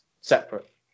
separate